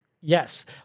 Yes